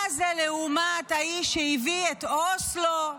מה זה, לעומת האיש שהביא את אוסלו,